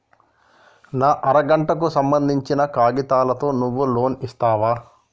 నా అర గంటకు సంబందించిన కాగితాలతో నువ్వు లోన్ ఇస్తవా?